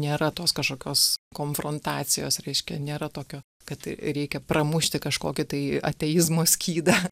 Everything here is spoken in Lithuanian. nėra tos kažkokios konfrontacijos reiškia nėra tokio kad reikia pramušti kažkokį tai ateizmo skydą